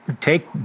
take